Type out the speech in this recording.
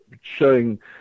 showing